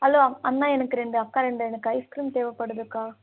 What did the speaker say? hello அண்ணா எனக்கு ரெண்டு அக்கா ரெண்டு எனக்கு ஐஸ்க்ரீம் தேவைப்படுதுக்கா